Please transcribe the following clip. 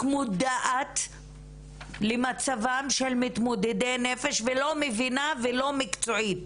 מודעת למצבם של מתמודדי נפש ולא מבינה ולא מקצועית,